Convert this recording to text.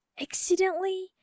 accidentally